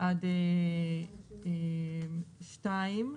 עד (2),